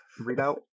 readout